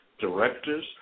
directors